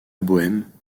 bohême